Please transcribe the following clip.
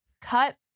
Cut